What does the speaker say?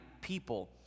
people